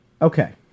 Okay